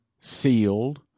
sealed